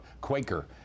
Quaker